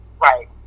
Right